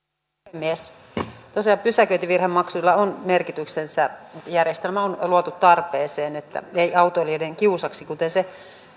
puhemies tosiaan pysäköintivirhemaksuilla on merkityksensä järjestelmä on on luotu tarpeeseen eli ei autoilijoiden kiusaksi kuten se